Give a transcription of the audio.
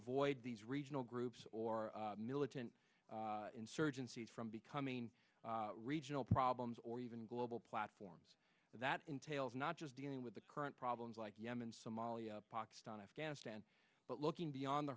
avoid these regional groups or militant insurgencies from becoming regional problems or even global platforms that entails not just dealing with the current problems like yemen somalia pakistan afghanistan but looking beyond the